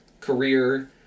career